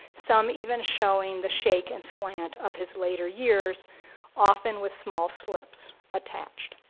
some even showing the shake and slant of his later years often with small slips attached.